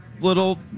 little